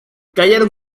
cayeron